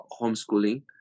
homeschooling